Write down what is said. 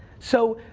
so,